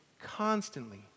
constantly